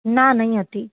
ના ના અહીં હતી